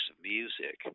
music